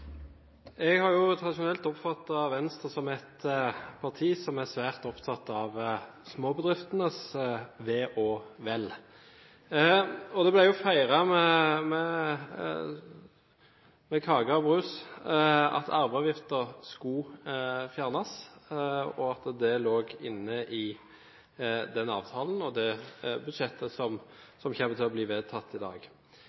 Jeg har tradisjonelt oppfattet Venstre som et parti som er svært opptatt av småbedriftenes ve og vel. Det ble feiret med kake og brus at arveavgiften skulle fjernes, at det lå inne i den avtalen og det budsjettet som